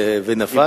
וזה נפל?